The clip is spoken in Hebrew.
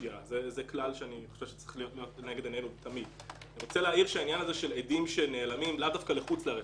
אני מבין שיש אסכולות אחרות.